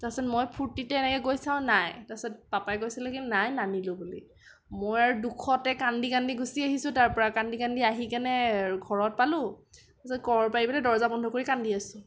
তাৰপাছত মই ফুৰ্টিতে এনেকৈ গৈ চাওঁ নাই তাৰপিছত পাপাই কৈছিলে কি নাই নানিলোঁ বুলি মই আৰু দুখতে কান্দি কান্দি গুচি আহিছোঁ তাৰ পৰা কান্দি কান্দি আহিকেনে ঘৰত পালোঁ তাৰপিছত ঘৰৰ পাইপিনে দৰ্জা বন্ধ কৰিকেনে কান্দি আছোঁ